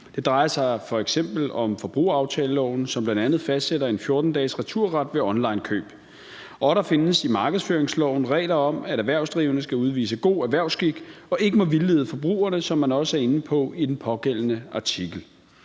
Det drejer sig f.eks. om forbrugeraftaleloven, som bl.a. fastsætter en 14-dages returret ved onlinekøb. Og der findes i markedsføringsloven regler om, at erhvervsdrivende skal udvise god erhvervsskik og ikke må vildlede forbrugerne, som man også er inde på i den pågældende artikel.